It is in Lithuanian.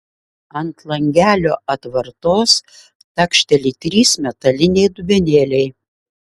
ant langelio atvartos takšteli trys metaliniai dubenėliai